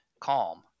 calm